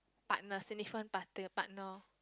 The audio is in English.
partner significant partner partner